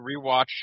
rewatch